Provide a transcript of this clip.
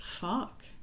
fuck